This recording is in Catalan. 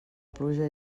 pluja